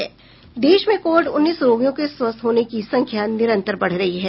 देश में कोविड उन्नीस रोगियों के स्वस्थ होने की संख्या निरंतर बढ रही है